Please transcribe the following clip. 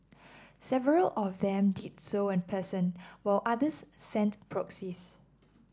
several of them did so in person while others sent proxies